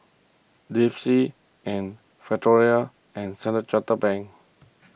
Delsey and Factorie and Standard Chartered Bank